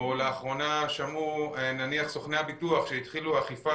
או לאחרונה שמעו נניח סוכני הביטוח התחילו אצלם אכיפה